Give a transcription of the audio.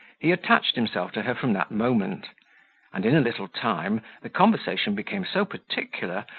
he attached himself to her from that moment and, in a little time, the conversation became so particular,